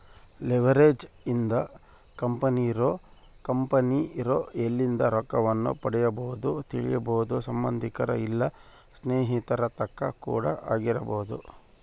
leverage ಲಿಂದ ಕಂಪೆನಿರೊ ಎಲ್ಲಿಂದ ರೊಕ್ಕವನ್ನು ಪಡಿಬೊದೆಂದು ತಿಳಿಬೊದು ಸಂಬಂದಿಕರ ಇಲ್ಲ ಸ್ನೇಹಿತರ ತಕ ಕೂಡ ಆಗಿರಬೊದು